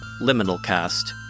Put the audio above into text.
LiminalCast